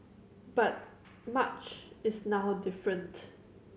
but much is now different